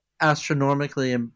astronomically